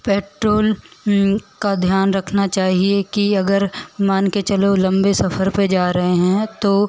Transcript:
petrol का ध्यान रखना चाहिए कि अगर मान कर चलो लंबे सफ़र पर जा रहे हैं तो